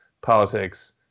politics